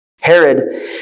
Herod